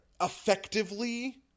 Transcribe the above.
effectively